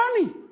money